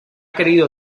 querido